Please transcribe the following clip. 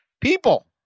people